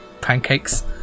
pancakes